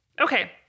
Okay